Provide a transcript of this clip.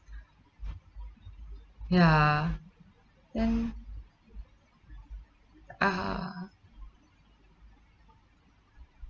ya then uh